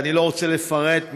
ואני לא רוצה לפרט,